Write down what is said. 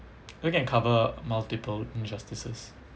you can cover multiple injustices